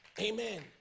Amen